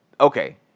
okay